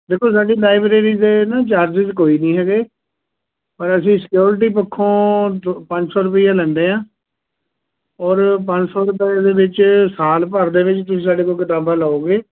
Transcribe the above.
ਦੇਖੋ ਸਾਡੀ ਲਾਇਬ੍ਰੇਰੀ ਦੇ ਨਾ ਚਾਰਜਿਸ ਕੋਈ ਨਹੀਂ ਹੈਗੇ ਪਰ ਅਸੀਂ ਸਕਿਉਰਿਟੀ ਪੱਖੋਂ ਦ ਪੰਜ ਸੌ ਰੁਪਈਆ ਲੈਂਦੇ ਹਾਂ ਔਰ ਪੰਜ ਸੌ ਰੁਪਏ ਦੇ ਵਿੱਚ ਸਾਲ ਭਰ ਦੇ ਵਿੱਚ ਤੁਸੀਂ ਸਾਡੇ ਕੋਲ ਕਿਤਾਬਾਂ ਲਓਗੇ